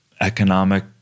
economic